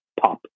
pop